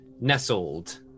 nestled